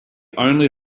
only